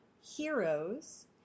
Heroes